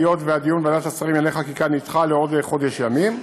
היות שהדיון בוועדת השרים לענייני חקיקה נדחה לעוד חודש ימים.